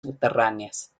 subterráneas